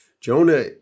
Jonah